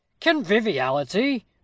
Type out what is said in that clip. Conviviality